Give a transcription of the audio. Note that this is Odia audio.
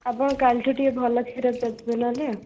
ଆପଣ କାଲିଠୁ ଟିକେ ଭଲ କ୍ଷୀର ଦେବେ ନହେଲେ